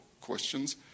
questions